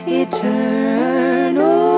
eternal